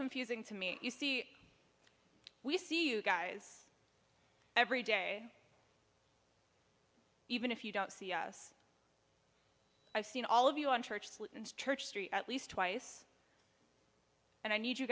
confusing to me you see we see you guys every day even if you don't see us i've seen all of you on church and church street at least twice and i need you